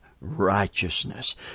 righteousness